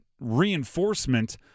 reinforcement